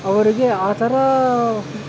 ಅವರಿಗೆ ಆ ಥರ